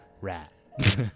rat